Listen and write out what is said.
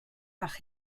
bach